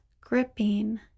gripping